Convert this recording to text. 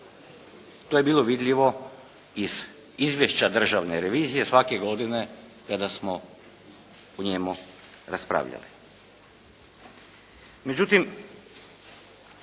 To je bilo vidljivo iz izvješća Državne revizije svake godine kada smo o njemu raspravljali.